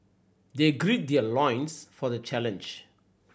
they gird their loins for the challenge